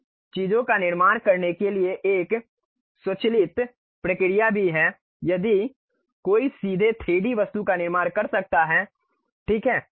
इन चीजों का निर्माण करने के लिए एक स्वचालित प्रक्रिया भी है यदि कोई सीधे 3D वस्तु का निर्माण कर सकता है ठीक है